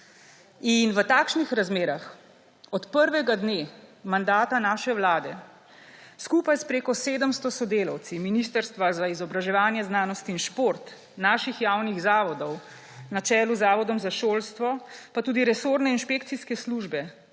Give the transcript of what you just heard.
V takšnih razmerah od prvega dne mandata naše vlade, skupaj s preko 700 sodelavci Ministrstva za izobraževanje, znanost in šport, naših javnih zavodov, na čelu z Zavodom za šolstvo, pa tudi resorne inšpekcijske službe,